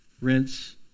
rinse